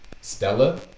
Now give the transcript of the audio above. Stella